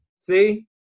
See